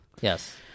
Yes